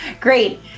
Great